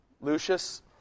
Lucius